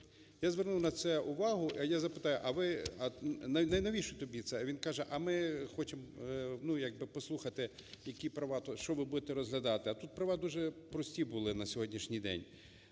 Я звернув на це увагу. Я запитав: "А ви… Навіщо тобі це?" А він каже: "А ми хочемо як би послухати, які права, що ви будете розглядати". А тут права дуже прості були на сьогоднішній день.